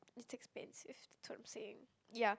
it's expensive that's what I'm saying yeah